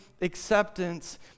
acceptance